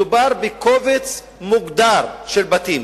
מדובר בקובץ מוגדר של בתים,